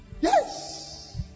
Yes